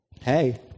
hey